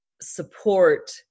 support